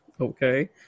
Okay